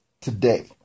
today